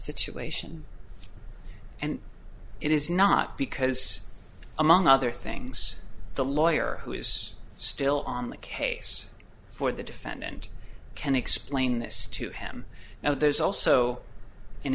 situation and it is not because among other things the lawyer who is still on the case for the defendant can explain this to him now there's also an